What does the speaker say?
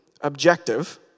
objective